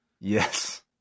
yes